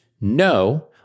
No